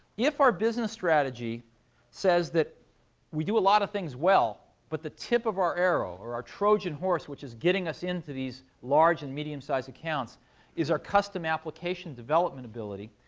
if our business strategy says that we do a lot of things well, but the tip of our arrow, or our trojan horse, which is getting us into these large and medium-sized accounts is our custom application development ability,